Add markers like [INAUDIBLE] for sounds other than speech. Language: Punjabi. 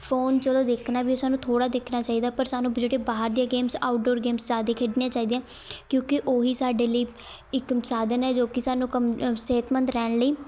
ਫ਼ੋਨ ਜਦੋਂ ਦੇਖਣਾ ਵੀ ਸਾਨੂੰ ਥੋੜ੍ਹਾ ਦੇਖਣਾ ਚਾਹੀਦਾ ਪਰ ਸਾਨੂੰ [UNINTELLIGIBLE] ਬਾਹਰ ਦੀਆਂ ਗੇਮਸ ਆਊਟਡੋਰ ਗੇਮਸ ਜ਼ਿਆਦਾ ਖੇਡਣੀਆਂ ਚਾਹੀਦੀਆਂ ਕਿਉਂਕਿ ਉਹੀ ਸਾਡੇ ਲਈ ਇੱਕ ਸਾਧਨ ਹੈ ਜੋ ਕਿ ਸਾਨੂੰ ਕਮ ਸਿਹਤਮੰਦ ਰਹਿਣ ਲਈ